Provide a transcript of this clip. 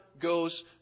goes